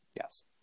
Yes